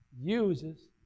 uses